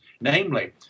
Namely